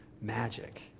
magic